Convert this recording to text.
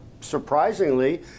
surprisingly